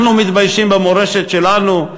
אנחנו מתביישים במורשת שלנו?